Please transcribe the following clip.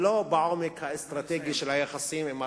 ולא על העומק האסטרטגי של היחסים עם ארצות-הברית.